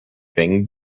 thinged